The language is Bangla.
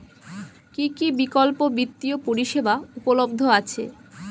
কী কী বিকল্প বিত্তীয় পরিষেবা উপলব্ধ আছে?